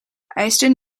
eisden